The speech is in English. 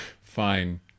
Fine